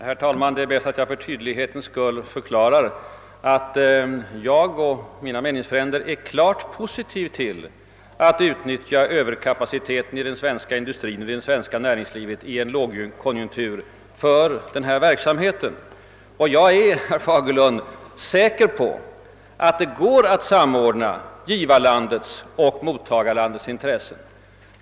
Herr talman! Det är bäst att jag för tydlighetens skull förklarar att jag och mina meningsfränder ställer oss. klart positiva till att i en lågkonjunktur utnyttja överkapaciteten i det svenska näringslivet för gåvobistånd. Jag är säker på att det går att samordna givarlandets och mottagarlandets intressen.